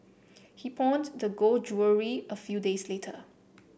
he pawned the gold jewellery a few days later